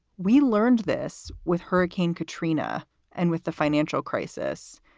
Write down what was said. we learned this with hurricane katrina and with the financial crisis,